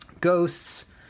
ghosts